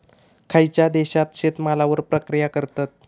खयच्या देशात शेतमालावर प्रक्रिया करतत?